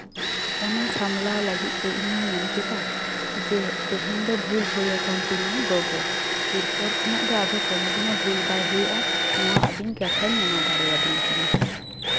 ᱚᱱᱟ ᱥᱟᱢᱞᱟᱣ ᱞᱟᱹᱜᱤᱫᱛᱮ ᱤᱧᱤᱧ ᱢᱮᱱ ᱠᱮᱫᱟ ᱡᱮ ᱛᱮᱦᱮᱧ ᱫᱚ ᱵᱷᱩᱞ ᱦᱩᱭ ᱟᱠᱟᱱ ᱛᱤᱧᱟ ᱜᱚᱜᱚ ᱮᱨᱯᱚᱨ ᱠᱷᱚᱱᱟᱜ ᱫᱚ ᱟᱫᱚ ᱠᱳᱱᱳ ᱫᱤᱱᱦᱚᱸ ᱵᱷᱩᱞ ᱵᱟᱭ ᱦᱩᱭᱩᱜᱼᱟ ᱱᱚᱣᱟ ᱟᱵᱤᱱ ᱠᱟᱛᱷᱟᱧ ᱮᱢᱟ ᱫᱟᱲᱮ ᱟᱵᱮᱱ ᱠᱟᱱᱟ